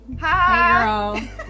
Hi